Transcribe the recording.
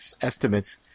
estimates